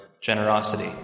generosity